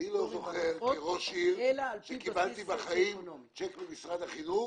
אני לא זוכר כראש עיר שקיבלתי בחיים צ'ק ממשרד החינוך